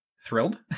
thrilled